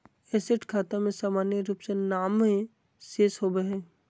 asset खाता में सामान्य रूप से नामे शेष होबय हइ